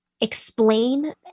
explain